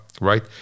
right